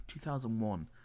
2001